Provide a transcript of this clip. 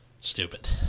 stupid